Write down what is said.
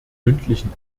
mündlichen